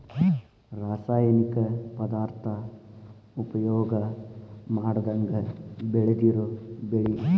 ರಾಸಾಯನಿಕ ಪದಾರ್ಥಾ ಉಪಯೋಗಾ ಮಾಡದಂಗ ಬೆಳದಿರು ಬೆಳಿ